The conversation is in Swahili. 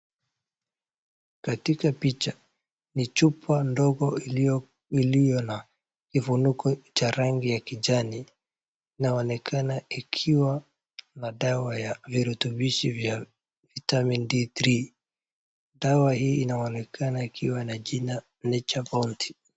Katika picha ni chupa ndogo iliyo na kifuniko cha rangi ya kijani inaonekana ikiwa na dawa ya virutubishi vya Vitamin D3 .Dawa hii inaonekana ikiwa na jina Nature's Bounty .